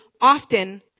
often